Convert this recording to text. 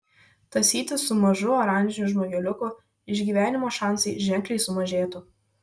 tąsytis su mažu oranžiniu žmogeliuku išgyvenimo šansai ženkliai sumažėtų